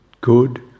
good